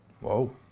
Whoa